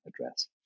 address